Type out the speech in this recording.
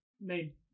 made